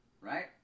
right